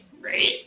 Right